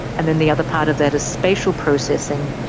and then the other part of that is spatial processing,